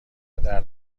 درد